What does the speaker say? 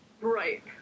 right